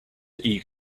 eat